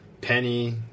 Penny